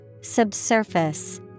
Subsurface